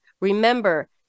Remember